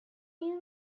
این